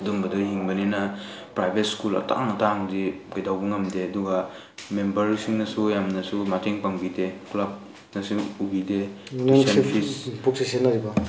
ꯑꯗꯨꯝꯕꯗ ꯍꯤꯡꯕꯅꯤꯅ private school ꯑꯇꯥꯡ ꯑꯇꯥꯡꯕꯗꯤ ꯀꯩꯗꯧꯕ ꯉꯝꯗꯦ ꯑꯗꯨꯒ ꯃꯦꯝꯕꯔꯁꯤꯡꯅꯁꯨ ꯌꯥꯝꯅꯁꯨ ꯃꯇꯦꯡ ꯄꯥꯡꯕꯤꯗꯦ ꯈꯨꯂꯥꯛꯄꯅꯁꯨ ꯎꯕꯤꯗꯦ